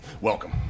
welcome